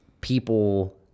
people